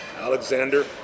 Alexander